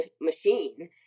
machine